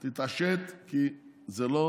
תתעשת, כי זה לא